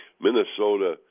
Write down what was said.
minnesota